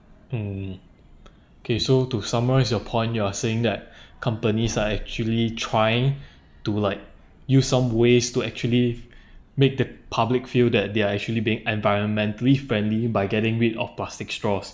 mm kay so to summarise your point you're saying that companies are actually trying to like use some ways to actually make the public feel that they're actually being environmentally friendly by getting rid of plastic straws